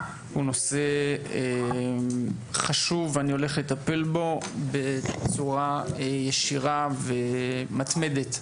הוא נושא חשוב ואני הולך לטפל בו בצורה ישירה ומתמדת,